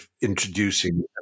introducing